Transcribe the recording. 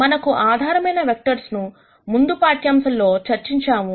మనము ఆధారమైన వెక్టర్స్ ను ముందు పాఠ్యాంశంలో చర్చించాము